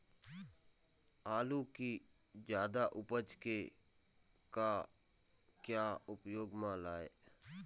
आलू कि जादा उपज के का क्या उपयोग म लाए?